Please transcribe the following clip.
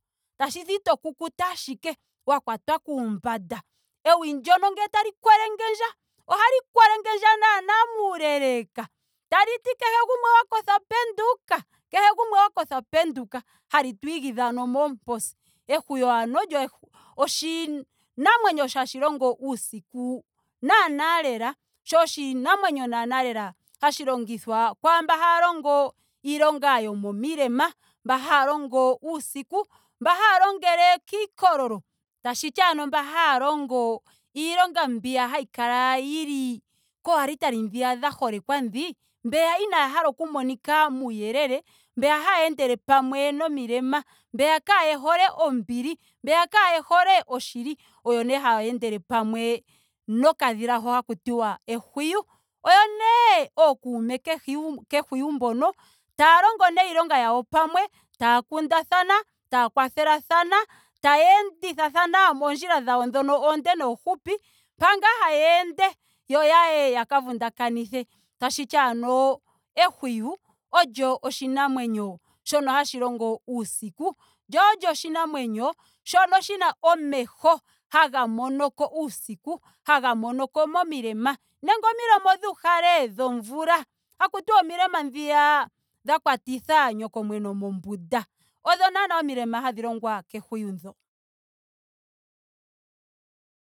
Tashiti to kukuta ashike wa katwa kuumbanda. Ewi ndyono ngele tali kwelengendja ohali kwelengendja naana muuleleka. taliti kehe gumwe wa kotha penduka kehe gumwe wa kotha penduka. hali tu igidha ano moomposi. Ehwiyu ano olyo ehwi oshi namwenyo sha- hashi longo uusiku naana lela. sho oshinamwenyo naana lela hashi longithwa kwaamba haya longo iilonga yomomilema. mba haya longo uusiku. mba haya longele kiikololo. tashiti ano mbo haya longo iilonga mbi hayi kala yili koo alitali dhiya dha holekwa dhi. Mbeya inaa hala oku monika muuyelele. mbeya haya endela pamwe nomilema. mbeya kaaya hole ombili. mbeya kaaya hole oshili oyo nee haya endele pamwe nokadhila ho haku tiwa ehwiyu oyo nee ookuume kehiyu kehwiyu mbono. taya longo nee iilonga yawo pamwe. taya kundathana. taya kwathelathana. taya endithathana moondjila dhawo dhono oondee noofupi. mpa ngaa haya ende yo yaye yaka vundakanithe. Tashiti ano ehwiyu olyo oshinamwenyo shono hashi lngo uusiku. lyo olyo oshinamwenyo shono shina omeho haga monoko uusiku. haga mono ko momilema nenge omilema odhuuhale dhomvula. haku tiwa omilema ndhiya dha kwatitha nyokomwenyo mombunda. odho naana omilema hadhi longwa kehwiyu dho.